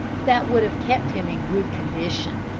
that would have kept him in good condition.